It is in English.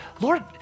Lord